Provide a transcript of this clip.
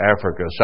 Africa